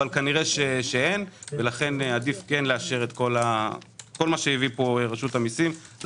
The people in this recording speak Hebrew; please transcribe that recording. כנראה שאין ולכן עדיף לאשר את כל מה שהביא רשות המיסים.